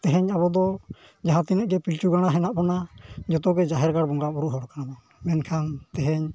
ᱛᱮᱦᱮᱧ ᱟᱵᱚ ᱫᱚ ᱡᱟᱦᱟᱸ ᱛᱤᱱᱟᱹᱜ ᱜᱮ ᱯᱤᱞᱪᱩ ᱜᱟᱲᱟ ᱢᱮᱱᱟᱜ ᱵᱚᱱᱟ ᱡᱚᱛᱚᱜᱮ ᱡᱟᱦᱮᱨ ᱜᱟᱲ ᱵᱚᱸᱜᱟᱼᱵᱩᱨᱩ ᱦᱚᱲ ᱠᱟᱱᱟᱵᱚᱱ ᱢᱮᱱᱠᱷᱟᱱ ᱛᱮᱦᱮᱧ